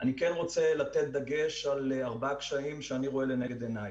אני כן רוצה לתת דגש על ארבעה קשיים שאני רואה לנגד עיניי.